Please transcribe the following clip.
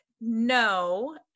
No